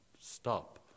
stop